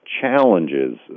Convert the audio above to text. challenges